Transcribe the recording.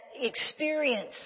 experience